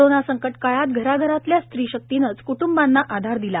corona संकट काळात घरा घरातल्या स्त्री शक्तीनेच कुटुंबांना आधार दिला